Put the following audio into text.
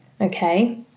okay